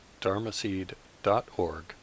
dharmaseed.org